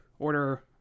order